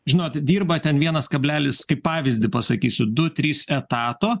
žinot dirba ten vienas kablelis kaip pavyzdį pasakysiu du trys etato